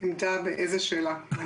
עמדה באיזה שאלה?